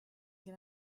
can